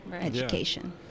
education